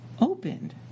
opened